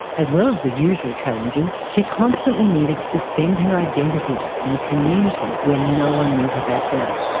as well as the usual challenges, she constantly needed to defend her identity in a community where no one knew her background.